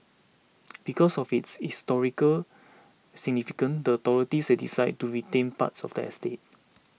because of its historical significance the authorities decided to retain parts of the estate